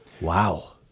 wow